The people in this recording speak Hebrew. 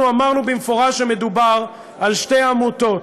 אנחנו אמרנו במפורש שמדובר על שתי עמותות,